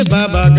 Baba